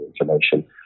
information